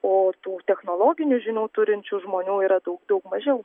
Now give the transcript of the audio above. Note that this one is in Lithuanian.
o tų technologinių žinių turinčių žmonių yra daug daug mažiau